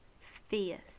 fierce